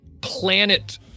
planet